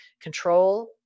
control